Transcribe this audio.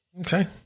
Okay